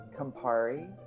Campari